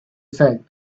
said